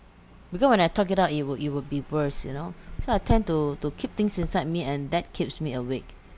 because when I talk it out it would it would be worse you know so I tend to to keep things inside me and that keeps me awake